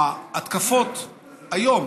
ההתקפות היום,